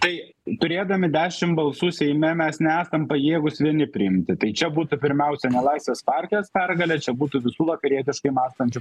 tai turėdami dešimt balsų seime mes nesam pajėgūs vieni priimti tai čia būtų pirmiausia ne laisvės partijos pergalė čia būtų visų vakarietiškai mąstančių